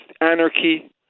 anarchy